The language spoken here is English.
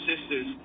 sisters